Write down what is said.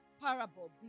parable